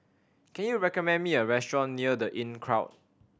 can you recommend me a restaurant near The Inncrowd